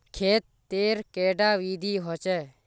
खेत तेर कैडा विधि होचे?